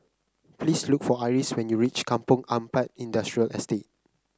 please look for Iris when you reach Kampong Ampat Industrial Estate